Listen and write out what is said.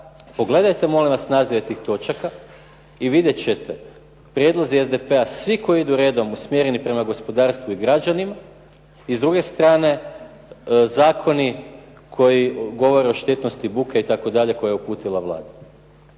pogledajte molim vas nazive tih točaka i vidjet ćete, prijedlozi SDP-a svi koji idu redom usmjereni prema gospodarstvu i građanima i s druge strane zakoni koji govore o štetnosti buke itd. koje je uputila Vlada.